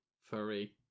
furry